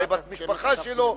אולי בת משפחה שלו